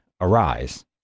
arise